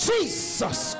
Jesus